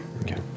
Okay